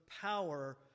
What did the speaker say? power